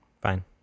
fine